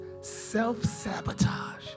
Self-sabotage